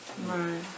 Right